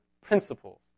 principles